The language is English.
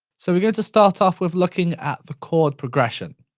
so we're going to start off with looking at the chord progression.